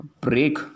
break